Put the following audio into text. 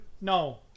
no